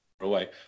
Away